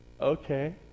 Okay